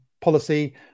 policy